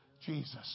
jesus